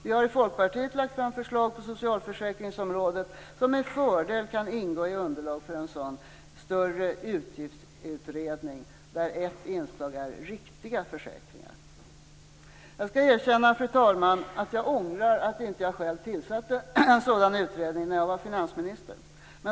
Vi i Folkpartiet har lagt fram förslag på socialförsäkringsområdet som med fördel kan ingå som underlag för en sådan större utgiftsutredning där ett inslag är riktiga försäkringar. Jag skall erkänna, fru talman, att jag ångrar att jag inte själv tillsatte en sådan utredning när jag var finansminister.